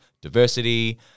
diversity